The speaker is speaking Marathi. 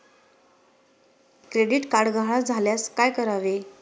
क्रेडिट कार्ड गहाळ झाल्यास काय करावे?